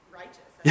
righteous